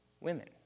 women